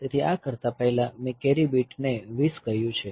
તેથી આ કરતા પહેલા મેં કેરી બીટ ને 20 કહ્યું છે